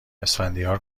اسفندیار